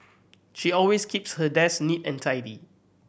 she always keeps her desk neat and tidy